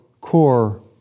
core